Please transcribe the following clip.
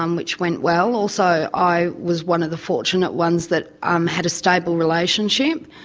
um which went well. also i was one of the fortunate ones that um had a stable relationship,